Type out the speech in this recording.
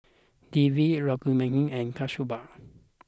Devi Rukmini and Kasturba